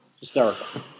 hysterical